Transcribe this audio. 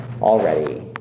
already